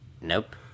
Nope